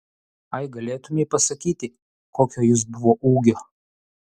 ai galėtumei pasakyti kokio jis buvo ūgio